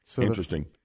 Interesting